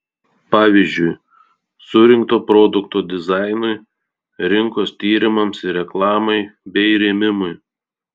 pavyzdžiui surinkto produkto dizainui rinkos tyrimams ir reklamai bei rėmimui